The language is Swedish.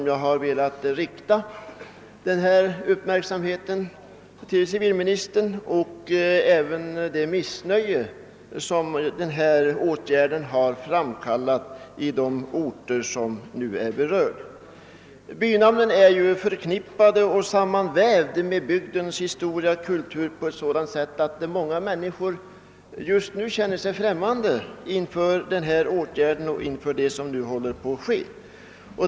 Jag har velat fästa civilministerns uppmärksamhet på detta med anledning av det missnöje som dessa åtgärder framkallat i de orter som nu är berörda. Bynamnen är förknippade och sammanvävda med bygdens historia och kultur på ett sådant sätt att många människor just nu känner sig främmande inför det som håller på att ske.